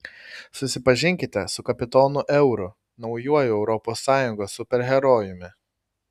susipažinkite su kapitonu euru naujuoju europos sąjungos superherojumi